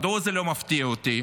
מדוע זה לא מפתיע אותי?